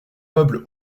meuble